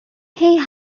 সেই